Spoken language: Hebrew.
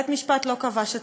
בית-משפט לא קבע שצריך.